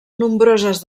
nombroses